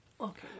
Okay